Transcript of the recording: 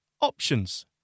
options